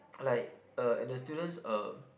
like uh and the student's uh